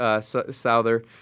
Souther